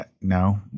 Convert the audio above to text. no